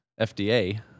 FDA